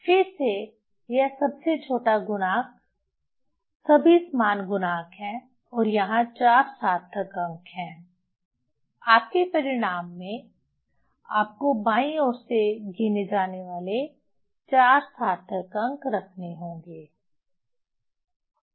फिर से यह सबसे छोटा गुणांक सभी समान गुणांक हैं और यहां 4 सार्थक अंक हैं आपके परिणाम में आपको बाईं ओर से गिने जाने वाले 4 सार्थक अंक रखने होंगे 1174